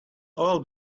all